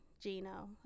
Gino